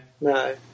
No